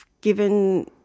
given